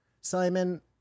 Simon